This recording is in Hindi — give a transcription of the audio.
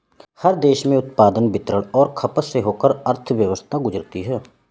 हर देश में उत्पादन वितरण और खपत से होकर अर्थव्यवस्था गुजरती है